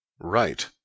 right